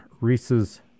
Reese's